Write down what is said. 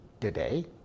today